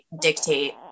dictate